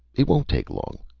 it won't take long!